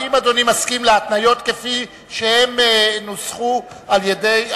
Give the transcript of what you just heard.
האם אדוני מסכים להתניות כפי שהן נוסחו על-ידי השר?